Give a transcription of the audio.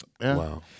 Wow